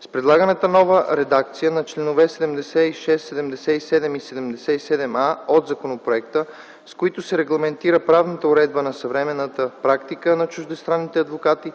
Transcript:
С предлаганата нова редакция на членове 76, 77 и 77а от законопроекта, с които се регламентира правната уредба на съвместната практика на чуждестранните адвокати